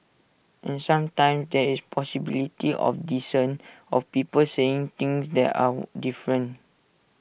and sometimes there is possibility of dissent of people saying things that are different